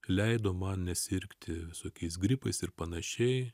leido man nesirgti visokiais grybais ir panašiai